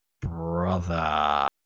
brother